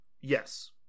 Yes